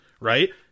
right